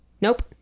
Nope